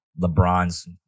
LeBron's